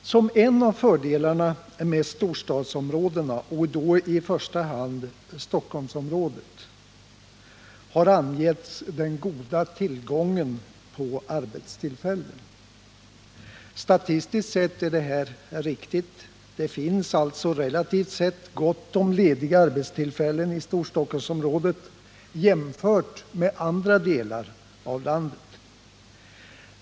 Som en av fördelarna med storstadsområdena och då i första hand Stockholmsområdet har angetts den goda tillgången på arbetstillfällen. Statistiskt sett är detta riktigt — det finns relativt sett gott om arbetstillfällen i Storstockholmsområdet jämfört med andra delar av landet.